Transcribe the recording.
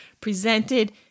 presented